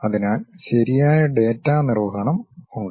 അതിനാൽ ശരിയായ ഡാറ്റാ നിർവഹണം ഉണ്ട്